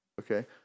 Okay